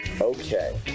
Okay